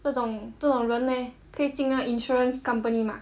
这种这种人 leh 可以进到 insurance company mah